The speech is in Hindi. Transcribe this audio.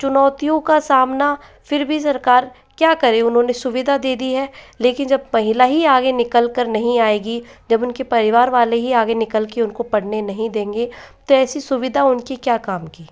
चुनौतियों का सामना फ़िर भी सरकार क्या करे उन्होंने सुविधा दे दी है लेकिन जब महिला ही आगे निकलकर नहीं आएगी जब उन के परिवार वाले ही आगे निकल के उनको पढ़ने नहीं देंगे तो ऐसी सुविधा उनके क्या काम की